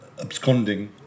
absconding